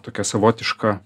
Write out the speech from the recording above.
tokia savotiška